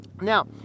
Now